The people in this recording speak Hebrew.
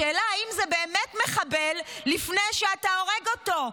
השאלה אם זה באמת מחבל לפני שאתה הורג אותו,